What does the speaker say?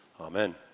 Amen